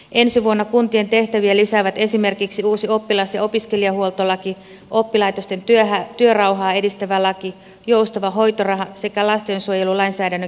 ensi vuonna kuntien tehtäviä lisäävät esimerkiksi uusi oppilas ja opiskelijahuoltolaki oppilaitosten työrauhaa edistävä laki joustava hoitoraha sekä lastensuojelulainsäädännön kehittäminen